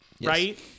right